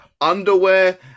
underwear